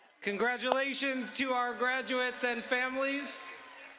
congratulations to our graduates and families.